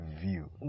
view